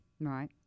right